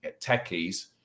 techies